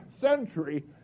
century